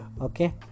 Okay